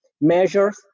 measures